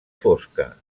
fosca